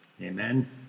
Amen